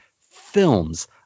films